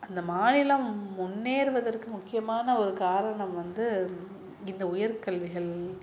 அந்த மாநிலம் முன்னேறுவதற்கு முக்கியமான ஒரு காரணம் வந்து இந்த உயர்கல்விகள்